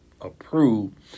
approved